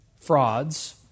frauds